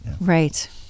right